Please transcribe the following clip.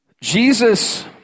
jesus